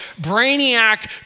brainiac